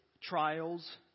trials